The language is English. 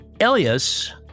Elias